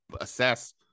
assess